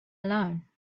alone